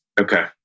Okay